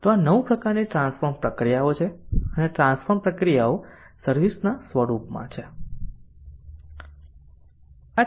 તો આ 9 પ્રકારની ટ્રાન્સફોર્મ પ્રક્રિયાઓ છે અને આ ટ્રાન્સફોર્મ પ્રક્રિયાઓ સર્વિસ ના સ્વરૂપમાં છે